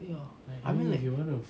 ya I mean like